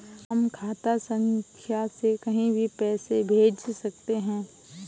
हम खाता संख्या से कहीं भी पैसे कैसे भेज सकते हैं?